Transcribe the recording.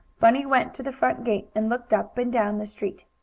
bunny went to the front gate and looked up and down the street.